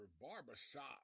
Barbershop